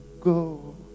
go